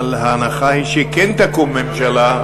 אבל ההנחה היא שכן תקום ממשלה,